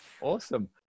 Awesome